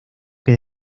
que